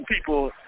people